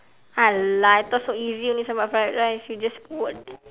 !alah! I thought so easy only sambal fried rice you just put